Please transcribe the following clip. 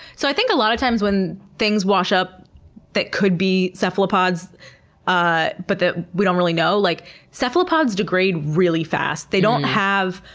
so i think a lot of times when things wash up that could be cephalopods ah but we don't really know, like cephalopods degrade really fast. they don't have,